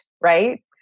right